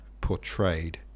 portrayed